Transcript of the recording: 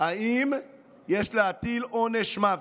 האם יש להטיל עונש מוות?